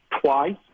twice